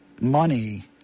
money